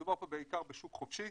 מדובר פה בעיקר בשוק חופשי